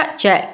c'è